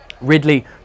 Ridley